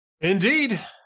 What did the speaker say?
Indeed